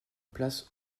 place